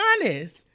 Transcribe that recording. honest